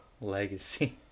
Legacy